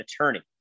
attorney